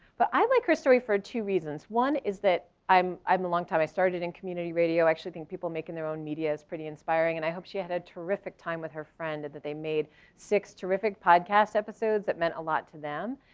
but i like her story for two reasons. one is that i'm i'm a long time, i started in community radio, i actually being people making their own media is pretty inspiring. and i hope she had a terrific time with her friend and that they made six terrific podcast episodes that meant a lot to them.